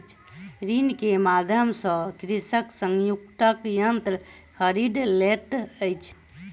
ऋण के माध्यम सॅ कृषक संयुक्तक यन्त्र खरीद लैत अछि